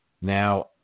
Now